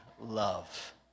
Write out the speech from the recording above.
love